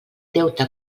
deute